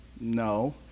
No